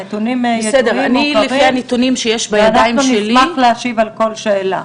הנתונים יודעים ומוכרים ואנחנו נשמח להשיב על כל שאלה.